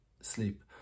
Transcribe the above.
sleep